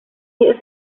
mir